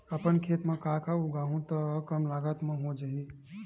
अपन खेत म का का उगांहु त कम लागत म हो जाही?